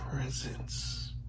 presence